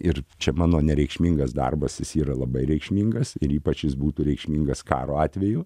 ir čia mano nereikšmingas darbas jis yra labai reikšmingas ir ypač jis būtų reikšmingas karo atveju